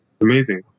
Amazing